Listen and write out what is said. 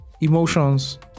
Emotions